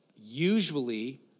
usually